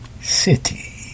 City